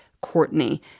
Courtney